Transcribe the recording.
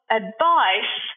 advice